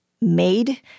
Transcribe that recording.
made